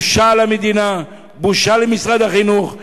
בושה למדינה, בושה למשרד החינוך.